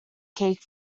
cake